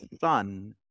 son